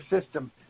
system